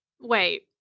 wait